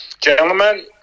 gentlemen